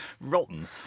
rotten